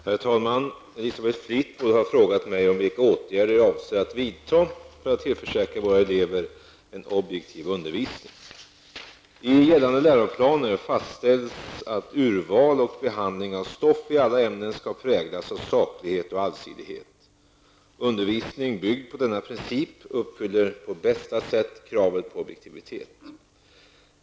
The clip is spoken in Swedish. Herr talman! Elisabeth Fleetwood har frågat mig om vilka åtgärder jag avser att vidta för att tillförsäkra våra elever en objektiv undervisning. I gällande läroplaner fastställs att urval och behandling av stoff i alla ämnen skall präglas av saklighet och allsidighet. Undervisning byggd på denna princip uppfyller på bästa sätt kravet på objektivitet.